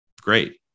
great